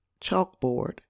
chalkboard